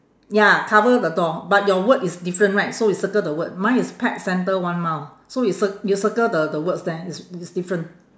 ya cover the door but your word is different right so we circle the word mine is pet centre one mile so you cir~ you circle the the words there it's it's different